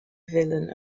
villain